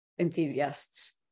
enthusiasts